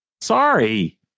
Sorry